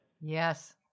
Yes